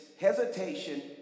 hesitation